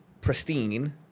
pristine